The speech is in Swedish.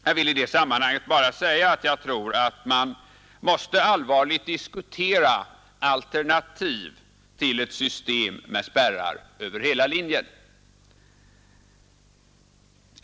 Jag vill i sammanhanget bara säga att jag tror att man måste allvarligt diskutera alternativ till ett system med spärrar över hela linjen.